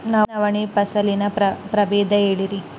ನವಣಿ ಫಸಲಿನ ಪ್ರಭೇದ ಹೇಳಿರಿ